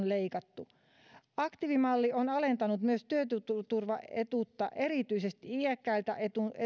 leikattu aktiivimalli on alentanut myös työttömyysturvaetuutta erityisesti iäkkäiltä